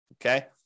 Okay